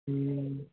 हूँ